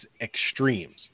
extremes